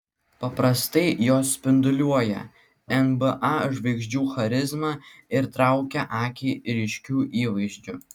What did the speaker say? paprastai jos spinduliuoja nba žvaigždžių charizma ir traukia akį ryškiu įvaizdžiu